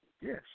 Yes